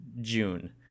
June